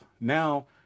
Now